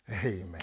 Amen